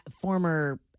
former